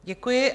Děkuji.